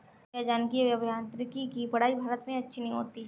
क्या जनुकीय अभियांत्रिकी की पढ़ाई भारत में अच्छी नहीं होती?